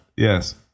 Yes